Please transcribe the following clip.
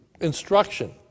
instruction